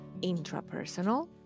intrapersonal